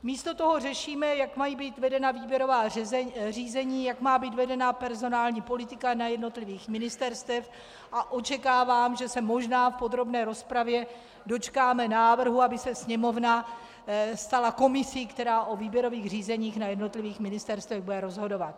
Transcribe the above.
Místo toho řešíme, jak mají být vedena výběrová řízení, jak má být vedena personální politika na jednotlivých ministerstvech, a očekávám, že se možná v podrobné rozpravě dočkáme návrhu, aby se Sněmovna stala komisí, která o výběrových řízeních na jednotlivých ministerstvech bude rozhodovat.